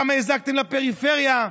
כמה הזקתם לפריפריה,